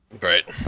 Right